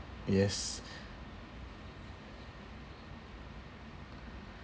yes